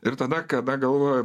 ir tada kada galvoju